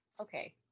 okay